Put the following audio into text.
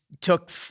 took –